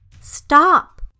Stop